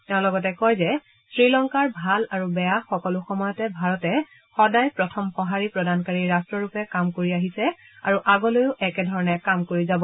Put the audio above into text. তেওঁ লগতে কয় যে শ্ৰীলংকাৰ ভাল আৰু বেয়া সকলো সময়তে ভাৰতে সদায় প্ৰথম সঁহাৰি প্ৰদানকাৰী ৰাট্টৰূপে কাম কৰি আহিছে আৰু আগলৈও একে ধৰণে কাম কৰি যাব